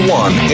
one